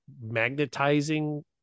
magnetizing